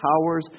powers